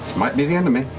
might be the end of me.